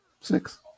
Six